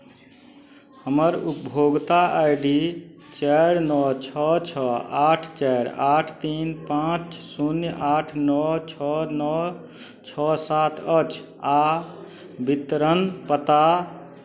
हमर उपभोक्ता I D चारि नओ छओ छओ आठ चारि आठ तीन पाँच शून्य आठ नओ छओ नओ छओ सात अछि आ वितरण पता